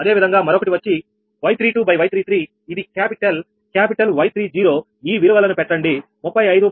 అదేవిధంగా మరొకటి వచ్చి Y32 Y33 ఇది క్యాపిటల్ క్యాపిటల్ Y 30 ఈ విలువలను పెట్టండి 35